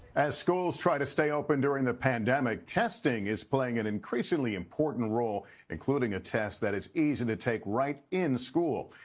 as schools try to stay open during the pandemic, testing is playing an increasingly important role including a test that's easy to take right in school.